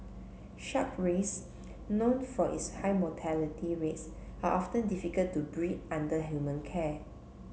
shark rays known for its high mortality rates are often difficult to breed under human care